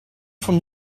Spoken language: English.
from